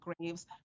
Graves